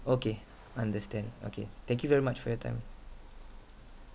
okay understand okay thank you very much for your time